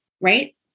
Right